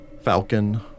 falcon